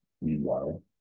Meanwhile